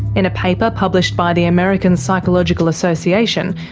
in a paper published by the american psychological association,